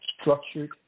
structured